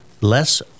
less